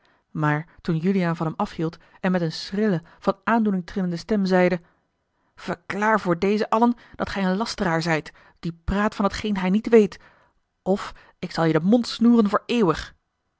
maar toen juliaan van hem afa l g bosboom-toussaint de delftsche wonderdokter eel en met eene schrille van aandoening trillende stem zeide verklaar voor deze allen dat gij een lasteraar zijt die praat van t geen hij niet weet of ik zal je den mond snoeren voor eeuwig